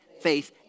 faith